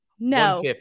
No